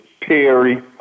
Perry